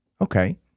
Okay